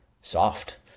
soft